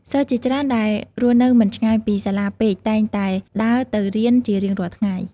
សិស្សជាច្រើនដែលរស់នៅមិនឆ្ងាយពីសាលាពេកតែងតែដើរទៅរៀនជារៀងរាល់ថ្ងៃ។